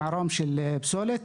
מדובר בשריפה של פסולת